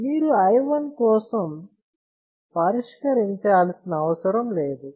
మీరు i 1 కోసం పరిష్కరించాల్సిన అవసరం లేదు